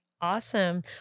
Awesome